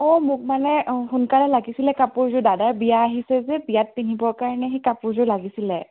অঁ মোক মানে অঁ সোনকালে লাগিছিলে কাপোৰযোৰ দাদাৰ বিয়া আহিছে যে বিয়াত পিন্ধিবৰ কাৰণে সেই কাপোৰযোৰ লাগিছিলে